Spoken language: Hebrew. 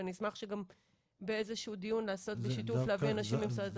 ואני אשמח שגם באיזה שהוא דיון נביא אנשים ממשרד התחבורה.